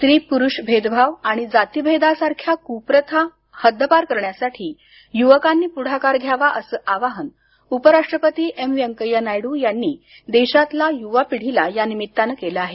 स्त्री पुरुष आणि जाती भेदासारख्या कुप्रथा हद्दपार करण्यासाठी युवकांनी पुढाकार घ्यावा असं आवाहन उपराष्ट्रपती एम व्यंकय्या नायडू यांनी देशातल्या युवा पिढीला या निमित्तानं केल आहे